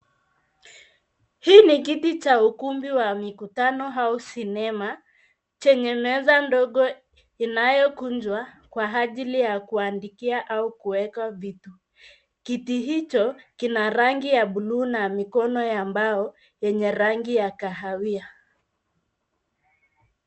Hii ni kiti cha ukumbi wa mikutano au sinema, chenye meza ndogo inayo kunjwa kwa hajili ya kuandikia au kuweka vitu. Kiti hicho kina rangi ya bluu na mikono ya mbao yenye rangi ya kahawia.